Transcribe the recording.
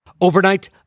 Overnight